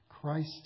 Christ